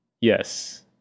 yes